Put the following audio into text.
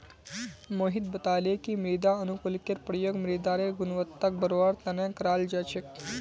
मोहित बताले कि मृदा अनुकूलककेर प्रयोग मृदारेर गुणवत्ताक बढ़वार तना कराल जा छेक